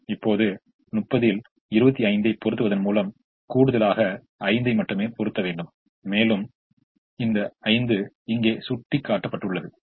இப்போது 30 இல் 25 ஐ பொறுத்துவதன் மூலம் கூடுதலாக 5 ஐ மட்டுமே பொறுத்த வேண்டும் மேலும் 5 இங்கே சூட்டி காட்டப்பட்டுள்ளது